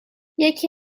یکی